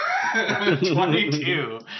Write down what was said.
22